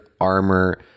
armor